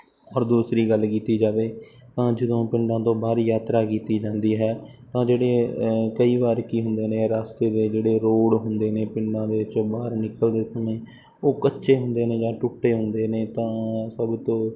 ਔਰ ਦੂਸਰੀ ਗੱਲ ਕੀਤੀ ਜਾਵੇ ਤਾਂ ਜਦੋਂ ਪਿੰਡਾਂ ਤੋਂ ਬਾਹਰ ਯਾਤਰਾ ਕੀਤੀ ਜਾਂਦੀ ਹੈ ਤਾਂ ਜਿਹੜੇ ਕਈ ਵਾਰ ਕੀ ਹੁੰਦੇ ਨੇ ਰਸਤੇ ਦੇ ਜਿਹੜੇ ਰੋਡ ਹੁੰਦੇ ਨੇ ਪਿੰਡਾਂ ਦੇ ਵਿੱਚੋਂ ਬਾਹਰ ਨਿਕਲਦੇ ਸਮੇਂ ਉਹ ਕੱਚੇ ਹੁੰਦੇ ਨੇ ਜਾਂ ਟੁੱਟੇ ਹੁੰਦੇ ਨੇ ਤਾਂ ਸਭ ਤੋਂ